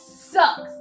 sucks